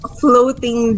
floating